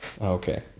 okay